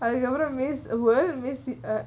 அதுக்குஅப்பறம்: adhukku appuram miss world miss uh